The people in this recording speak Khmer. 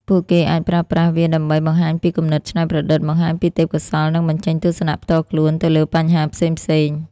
ពួកគេអាចប្រើប្រាស់វាដើម្បី បង្ហាញពីគំនិតច្នៃប្រឌិត បង្ហាញពីទេពកោសល្យ និង បញ្ចេញទស្សនៈផ្ទាល់ខ្លួន ទៅលើបញ្ហាផ្សេងៗ។